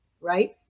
right